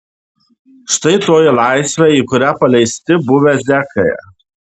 štai toji laisvė į kurią paleisti buvę zekai